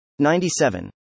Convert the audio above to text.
97